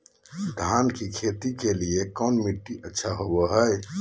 धान की खेती के लिए कौन मिट्टी अच्छा होबो है?